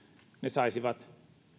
saisivat